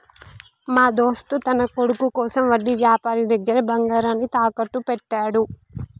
మా దోస్త్ తన కొడుకు కోసం వడ్డీ వ్యాపారి దగ్గర బంగారాన్ని తాకట్టు పెట్టాడు